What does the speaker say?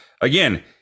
Again